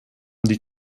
die